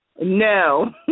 No